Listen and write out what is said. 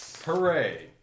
Hooray